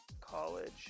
college